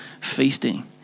feasting